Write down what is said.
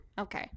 okay